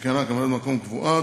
שכיהנה כממלאת-מקום קבועה,